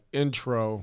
intro